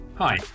Hi